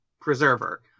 preserver